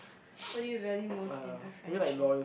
what do you value most in a friendship